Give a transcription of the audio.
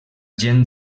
gent